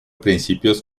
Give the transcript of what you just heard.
principios